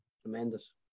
tremendous